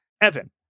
evan